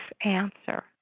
answer